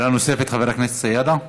שאלה נוספת, חבר הכנסת סידה?